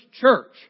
church